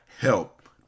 help